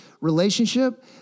relationship